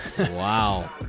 wow